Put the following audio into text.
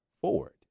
forward